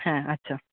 হ্যাঁ আচ্ছা